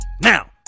Now